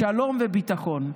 שלום וביטחון.